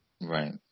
right